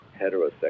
heterosexual